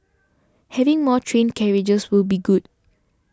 having more train carriages will be good